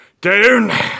down